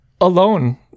alone